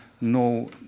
No